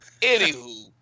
Anywho